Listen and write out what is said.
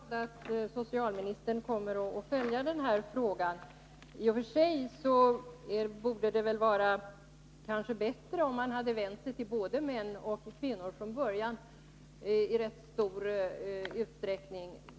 Herr talman! Jag är glad för att socialministern kommer att följa frågan. I och för sig hade det väl varit bättre om man hade vänt sig till både män och kvinnor från början.